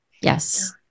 Yes